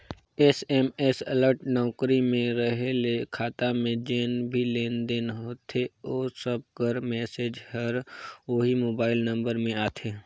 SMS alert नउकरी में रहें ले खाता में जेन भी लेन देन होथे ओ सब कर मैसेज हर ओही मोबाइल नंबर में आथे